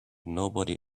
nobody